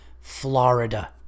Florida